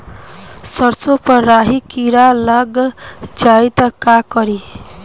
सरसो पर राही किरा लाग जाई त का करी?